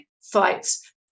fights